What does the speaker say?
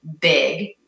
big